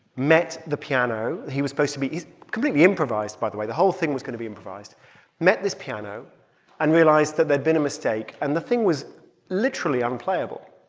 met the piano. he was supposed to be it's completely improvised, by the way. the whole thing was going to be improvised met this piano and realized that there'd been a mistake. and the thing was literally unplayable.